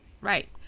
right